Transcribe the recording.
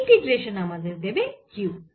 এই ইন্টিগ্রেশান আমাদের দেবে q